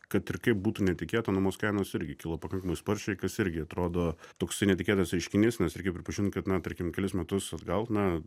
kad ir kaip būtų netikėta nuomos kainos irgi kilo pakankamai sparčiai kas irgi atrodo toksai netikėtas reiškinys nes reikia pripažint kad na tarkim kelis metus atgal na